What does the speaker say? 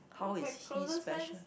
my closest friend